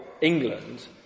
England